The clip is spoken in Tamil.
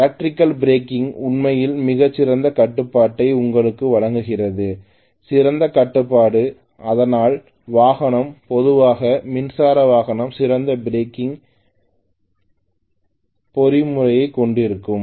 எலக்ட்ரிக்கல் பிரேக்கிங் உண்மையில் மிகச் சிறந்த கட்டுப்பாட்டை உங்களுக்கு வழங்குகிறது சிறந்த கட்டுப்பாடு அதனால்தான் வாகனம் பொதுவாக மின்சார வாகனங்கள் சிறந்த பிரேக்கிங் பொறிமுறையைக் கொண்டிருக்கும்